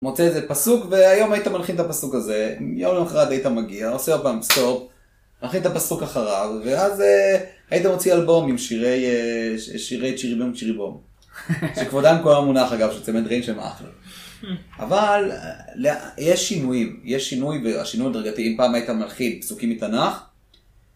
מוצא איזה פסוק והיום היית מלחין את הפסוק הזה, יום למחרת היית מגיע, עושה הפעם סטופ, מלחין את הפסוק אחריו ואז היית מוציא אלבום עם שירי צ'ירי בים צ'ירי בום, שכבודם במקומם מונח אגב שצמד רעים שהם אחלה. אבל יש שינויים, יש שינוי, השינוי הדרגתי אם פעם היית מלחין פסוקים מתנ"ך